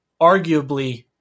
arguably